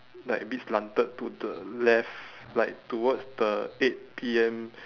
like a bit slanted to the left like towards the eight P_M